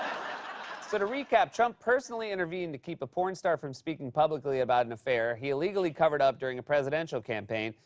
so, to recap, trump personally intervened to keep a porn star from speaking publicly about an affair he illegally covered up during a presidential campaign,